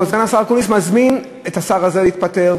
סגן השר אקוניס מזמין את השר הזה להתפטר,